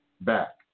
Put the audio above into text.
back